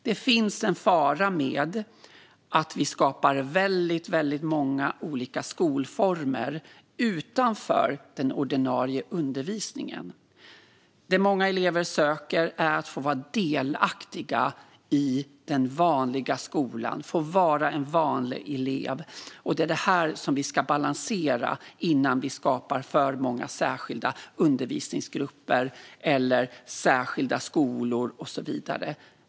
Det finns en fara med att vi skapar väldigt många olika skolformer utanför den ordinarie undervisningen. Det många elever söker är att få vara delaktiga i den vanliga skolan, att få vara vanliga elever. Det är detta vi ska balansera innan vi skapar för många särskilda undervisningsgrupper, särskilda skolor och så vidare.